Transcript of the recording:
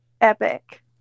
Epic